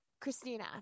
Christina